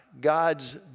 God's